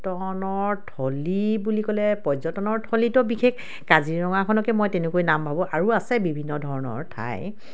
পৰ্যটনস্থলী বুলি ক'লে পৰ্যটনস্থলীটো বিশেষ কাজিৰঙাখনকে মই তেনেকৈ নাভাবোঁ আৰু আছে বিভিন্ন ধৰণৰ ঠাই